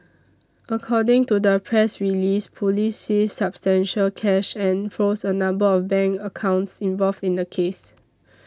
according to the press release police seized substantial cash and froze a number of bank accounts involved in the case